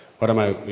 what am i,